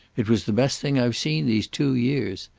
it was the best thing i've seen these two years.